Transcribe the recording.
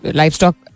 livestock